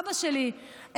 אבא שלי,